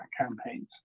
campaigns